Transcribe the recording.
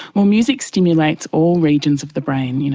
well, music stimulates all regions of the brain, you know